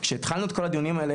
כשהתחלנו את הדיונים האלה,